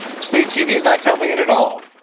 state tv is not covering and at all,